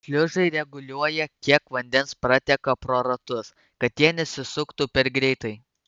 šliuzai reguliuoja kiek vandens prateka pro ratus kad jie nesisuktų per greitai